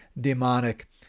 demonic